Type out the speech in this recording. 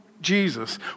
Jesus